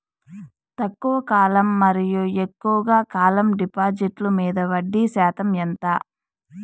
తక్కువ కాలం మరియు ఎక్కువగా కాలం డిపాజిట్లు మీద వడ్డీ శాతం ఎంత?